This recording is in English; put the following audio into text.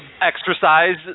exercise